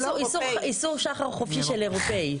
איסור סחר חופשי של אירופי.